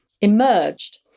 emerged